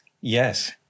Yes